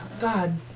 God